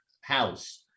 house